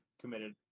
committed